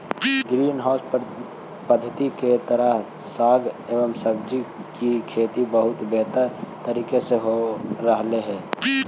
green house पद्धति के तहत साग एवं सब्जियों की खेती बहुत बेहतर तरीके से हो रहलइ हे